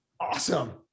Awesome